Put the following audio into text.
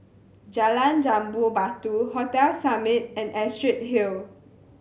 Jalan Jambu Batu Hotel Summit and Astrid Hill